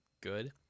good